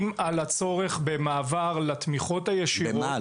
על הצורך במעבר לתמיכות הישירות --- במה?